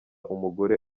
umugore